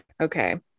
Okay